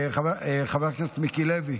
חבר הכנסת מיקי לוי,